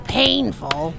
painful